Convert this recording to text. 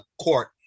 court